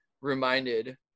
reminded